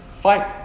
Fight